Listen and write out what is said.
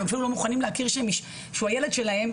אפילו לא מוכנים להכיר שהילד הוא שלהם.